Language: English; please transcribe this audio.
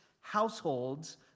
households